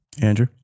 Andrew